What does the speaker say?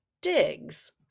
digs